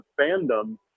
fandom